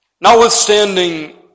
notwithstanding